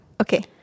Okay